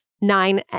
nine